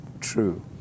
true